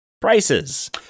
prices